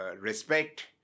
respect